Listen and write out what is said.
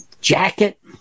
jacket